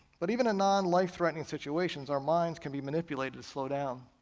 but even in non-life-threatening situations our minds can be manipulated to slow down